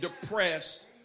depressed